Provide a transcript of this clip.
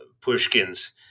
Pushkin's